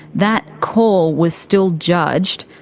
that call was still judged,